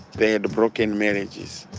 they had broken marriages,